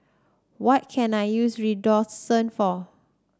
what can I use Redoxon for